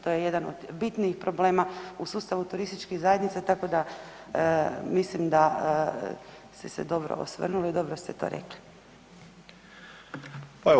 To je jedan od bitnih problema u sustavu turističkih zajednica tako da mislim da ste se dobro osvrnuli, dobro ste to rekli.